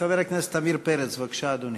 חבר הכנסת עמיר פרץ, בבקשה, אדוני.